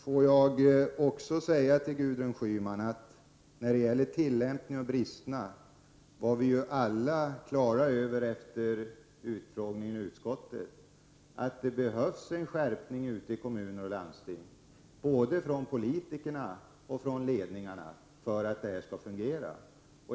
Får jag också säga till Gudrun Schyman, apropå tillämpningen och bristerna, att vi alla efter utfrågningen i utskottet var på det klara med att det behövs en skärpning ute i kommuner och landsting, både från politikerna och från ledningarna, för att detta skall fungera.